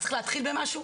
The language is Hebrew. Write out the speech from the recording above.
צריך להתחיל במשהו,